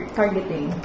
targeting